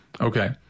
Okay